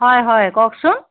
হয় হয় কওকচোন